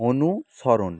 অনুসরণ